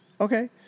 Okay